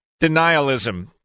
denialism